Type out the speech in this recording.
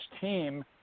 team